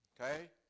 Okay